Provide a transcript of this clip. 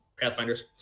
Pathfinders